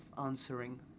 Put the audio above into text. answering